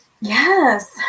Yes